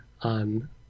on